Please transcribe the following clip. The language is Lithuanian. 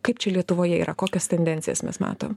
kaip čia lietuvoje yra kokias tendencijas mes matom